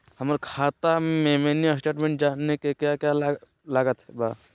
हमरा खाता के मिनी स्टेटमेंट जानने के क्या क्या लागत बा?